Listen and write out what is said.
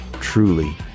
truly